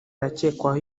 arakekwaho